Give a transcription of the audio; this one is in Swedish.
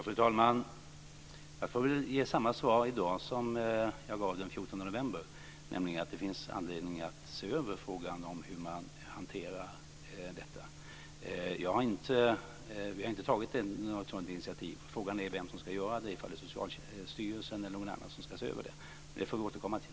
Fru talman! Jag får väl ge samma svar i dag som jag gav den 14 november, nämligen att det finns anledning att se över frågan om hur man hanterar detta. Vi har inte tagit något sådant initiativ. Frågan är vem som ska göra det, om det är Socialstyrelsen eller någon annan som ska se över detta. Det får vi återkomma till.